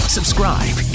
Subscribe